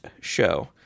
show